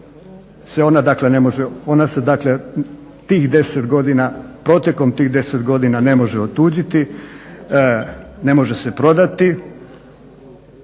ona se protekom tih 10 godina ne može otuđiti, ne može se prodati.